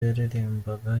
yaririmbaga